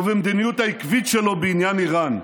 "ובמדיניות העקבית שלו בעניין איראן.